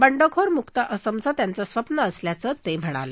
बंडखोर मुक्त असमचं त्यांचं स्वप्नं असल्याचं ते म्हणाले